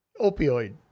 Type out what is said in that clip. Opioid